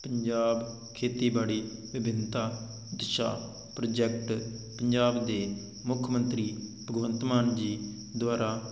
ਪੰਜਾਬ ਖੇਤੀਬਾੜੀ ਵਿਭਿੰਨਤਾ ਦਿਸ਼ਾ ਪ੍ਰੋਜੈਕਟ ਪੰਜਾਬ ਦੇ ਮੁੱਖ ਮੰਤਰੀ ਭਗਵੰਤ ਮਾਨ ਜੀ ਦੁਆਰਾ